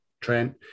Trent